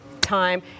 time